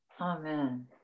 amen